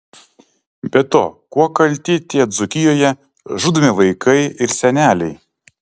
be to kuo kalti tie dzūkijoje žudomi vaikai ir seneliai